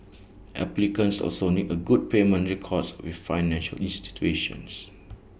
applicants also need A good payment records with financial institutions